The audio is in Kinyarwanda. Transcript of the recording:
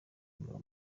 ingabo